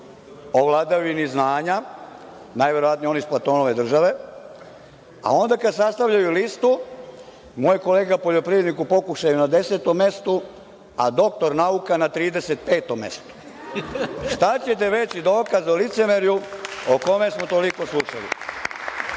o vladavini znanja, najverovatnije onoj iz Platonove države, a onda kada sastavljaju listu, moj kolega poljoprivrednik u pokušaju je na desetom mestu, a doktor nauka na 35. mestu? Šta ćete veći dokaz o licemerju, o kome smo toliko slušali? Ja